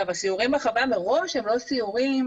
הסיורים בחווה מראש הם לא סיורים,